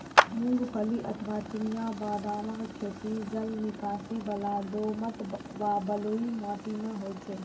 मूंगफली अथवा चिनिया बदामक खेती जलनिकासी बला दोमट व बलुई माटि मे होइ छै